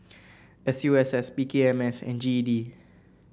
S U S S P K M S and G E D